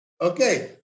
Okay